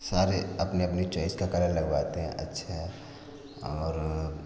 सारे अपने अपनी चॉइस का कलर लगवाते हैं अच्छा और